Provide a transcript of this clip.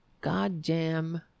goddamn